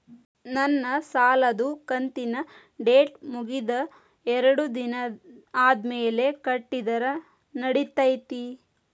ನನ್ನ ಸಾಲದು ಕಂತಿನ ಡೇಟ್ ಮುಗಿದ ಎರಡು ದಿನ ಆದ್ಮೇಲೆ ಕಟ್ಟಿದರ ನಡಿತೈತಿ?